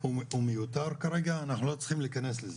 הוא מיותר כרגע, אנחנו לא צריכים להיכנס לזה,